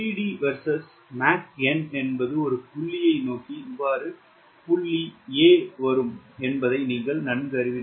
CD versus Mach எண் என்பது ஒரு புள்ளியை நோக்கி இவ்வாறு புள்ளி a வரும் என்பதை நீங்கள் நன்கு அறிவீர்கள்